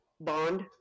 bond